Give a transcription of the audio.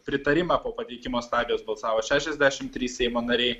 pritarimą po pateikimo stadijos balsavo šešiasdešimt trys seimo nariai